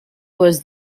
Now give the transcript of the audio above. was